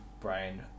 Brian